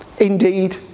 indeed